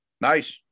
Nice